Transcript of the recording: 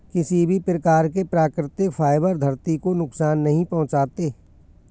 किसी भी प्रकार के प्राकृतिक फ़ाइबर धरती को नुकसान नहीं पहुंचाते